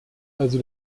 also